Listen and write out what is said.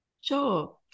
Sure